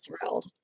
thrilled